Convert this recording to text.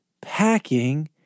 packing